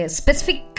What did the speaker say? specific